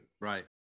Right